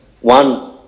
one